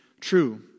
true